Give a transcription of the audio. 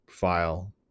file